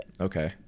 Okay